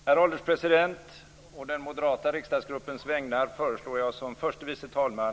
Herr ålderspresident! Å den Moderata riksdagsgruppens vägnar föreslår jag som förste vice talman